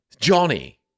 Johnny